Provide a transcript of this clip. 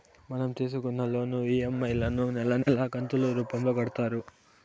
మనం తీసుకున్న loan EMI లను నెలా నెలా కంతులు రూపంలో కడతారు